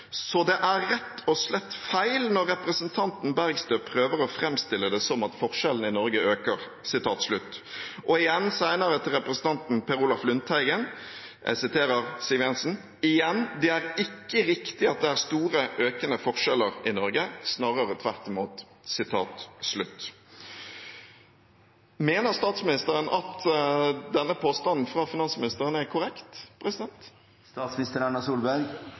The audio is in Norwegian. slett feil når representanten Bergstø prøver å fremstille det som at forskjellene i Norge øker.» Og senere, til representanten Per Olaf Lundteigen, jeg siterer Siv Jensen: «Igjen: Det er ikke riktig at det er store, økende forskjeller i Norge, snarere tvert imot.» Mener statsministeren at denne påstanden fra finansministeren er korrekt?